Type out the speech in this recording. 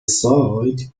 site